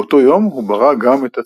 באותו יום הוא ברא גם את הצמחים.